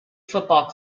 football